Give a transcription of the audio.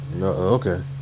okay